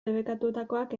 debekatutakoak